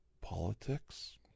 politics